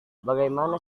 bagaimana